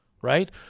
right